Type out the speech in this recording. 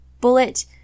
bullet